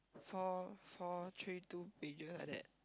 four four three two pages like that